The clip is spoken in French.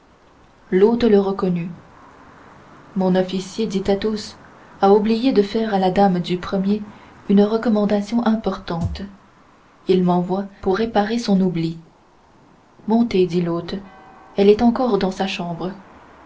l'hôte le reconnut mon officier dit athos a oublié de faire à la dame du premier une recommandation importante il m'envoie pour réparer son oubli montez dit l'hôte elle est encore dans sa chambre